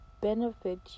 benefit